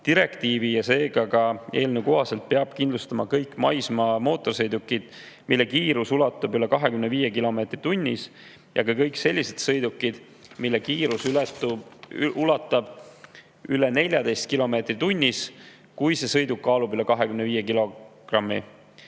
ja seega ka eelnõu kohaselt peab kindlustama kõik maismaa mootorsõidukid, mille kiirus ulatub üle 25 kilomeetri tunnis, ja kõik sellised sõidukid, mille kiirus ulatub üle 14 kilomeetri tunnis, kui see sõiduk kaalub üle 25